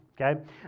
Okay